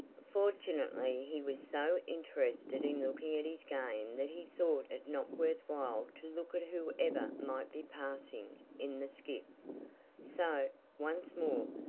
fortunately, he was so interested in looking at his game that he thought it not worth while to look at whoever might be passing in the skiff so, once more,